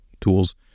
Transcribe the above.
tools